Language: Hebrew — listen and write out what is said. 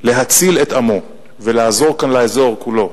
להציל את עמו ולעזור כאן לאזור כולו,